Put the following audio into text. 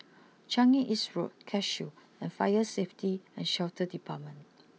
Changi East Road Cashew and fire Safety and Shelter Department